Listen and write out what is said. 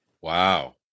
Wow